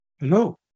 Hello